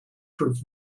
proof